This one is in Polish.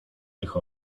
tych